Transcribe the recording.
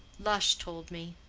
lush told me,